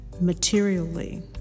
materially